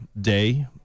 day